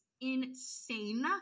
insane